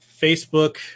Facebook